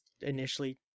initially